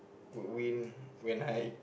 would win when I